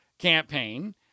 campaign